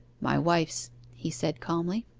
my wife's he said calmly.